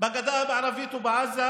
בגדה המערבית ובעזה,